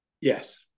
yes